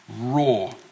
raw